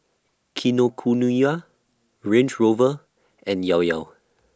Kinokuniya Range Rover and Llao Llao